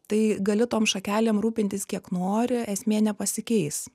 tai gali tom šakelėm rūpintis kiek nori esmė nepasikeis